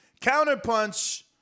Counterpunch